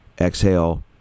exhale